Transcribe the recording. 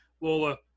Lola